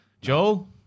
Joel